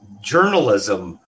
journalism